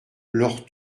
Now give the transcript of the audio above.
leur